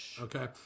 Okay